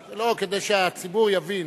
לא, כדי שהציבור יבין.